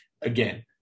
again